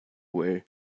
way